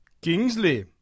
Kingsley